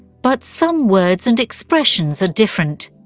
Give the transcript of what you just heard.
but some words and expressions are different.